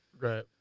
Right